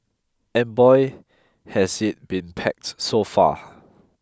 and boy has it been packed so far